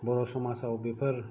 बर' समाजाव बेफोरखौ